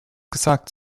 gesagt